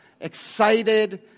excited